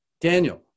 Daniel